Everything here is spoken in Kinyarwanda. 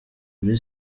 buri